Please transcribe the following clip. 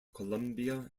columbia